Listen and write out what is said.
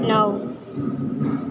નવ